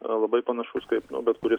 labai panašus kaip nu bet kuris